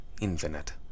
infinite